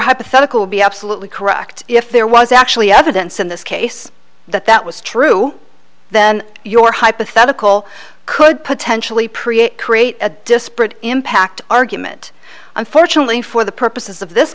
hypothetical be absolutely correct if there was actually evidence in this case that that was true then your hypothetical could potentially priya create a disparate impact argument unfortunately for the purposes of this